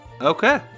Okay